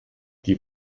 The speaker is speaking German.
die